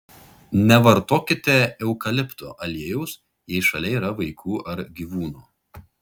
nevartokite eukalipto aliejaus jei šalia yra vaikų ar gyvūnų